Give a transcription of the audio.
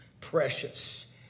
precious